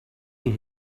und